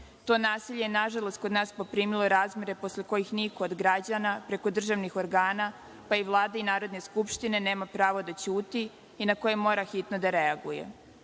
To nasilje, nažalost, kod nas je poprimilo razmere posle kojih niko od građana, preko državnih organa, pa i Vlade i Narodne skupštine nema pravo da ćuti i na koji mora hitno da reaguje,